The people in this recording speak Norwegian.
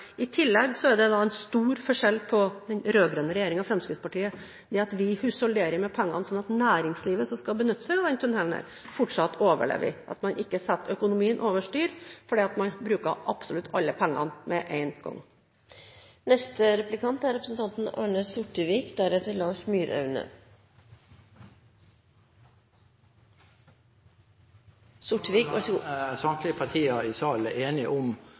I tillegg er det en stor forskjell på den rød-grønne regjeringen og Fremskrittspartiet: Vi husholderer med pengene, slik at næringslivet som skal benytte seg av denne tunnelen, fortsatt overlever, og vi setter ikke økonomien over styr ved å bruke opp absolutt alle pengene med en gang. Samtlige partier i salen er enige om